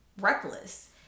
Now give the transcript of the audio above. reckless